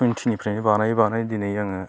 टुइनटिनिफ्रायनो बानाय बानाय दिनै आङो